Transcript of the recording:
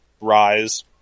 rise